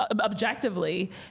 objectively